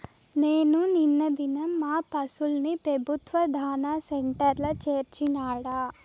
నేను నిన్న దినం మా పశుల్ని పెబుత్వ దాణా సెంటర్ల చేర్చినాడ